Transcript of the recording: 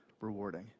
rewarding